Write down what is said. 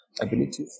abilities